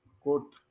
quote